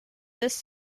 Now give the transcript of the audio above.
this